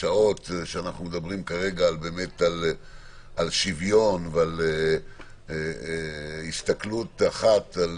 בשעות שבהן אנחנו מדברים על שוויון ועל הסתכלות אחת על